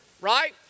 right